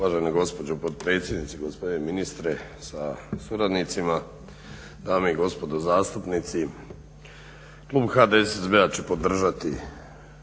hvala vam